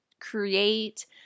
create